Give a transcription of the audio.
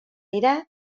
dira